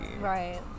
right